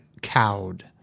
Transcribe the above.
cowed